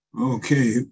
Okay